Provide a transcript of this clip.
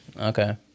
okay